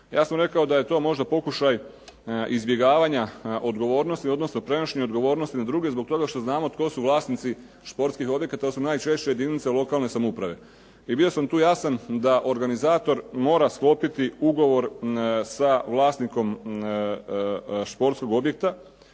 Ja sam rekao da je to možda pokušaj izbjegavanja odgovornosti, odnosno prenošenje odgovornosti na druge zbog toga što znamo tko su vlasnici športskih objekata. To su najčešće jedinice lokalne samouprave. I bio sam tu jasan da organizator mora sklopiti ugovor sa vlasnikom športskog objekta,